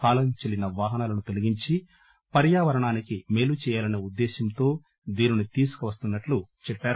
కాలం చెల్లిన వాహనాలను తొలగించి పర్యావరణానికి మేలు చేయాలసే ఉద్దేశ్వంతో దీనిని తీసుకువచ్చినట్లు చెప్పారు